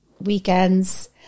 Weekends